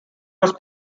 was